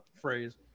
phrase